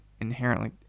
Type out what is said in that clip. inherently